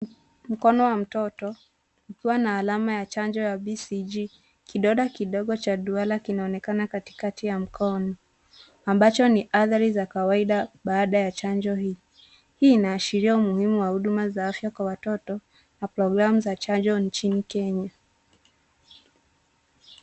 Mkono wa mtoto ,ukiwa na alama ya chanjo ya BCG. Kidonda kidogo cha duara kinaonekana katikati ya mkono, ambacho ni athari za kawaida baada ya chanjo hii. Hii inaashiria umuhimu wa hudumu za afya kwa watoto na programu za chanjo nchini Kenya.